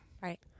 right